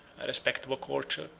a respectable courtier,